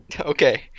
Okay